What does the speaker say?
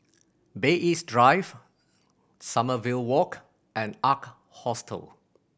Bay East Drive Sommerville Walk and Ark Hostel